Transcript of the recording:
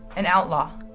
an outlaw.